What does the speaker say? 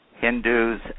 Hindus